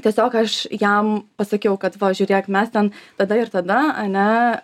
tiesiog aš jam pasakiau kad va žiūrėk mes ten tada ir tada ane